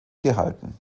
gehalten